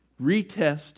retest